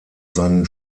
seinen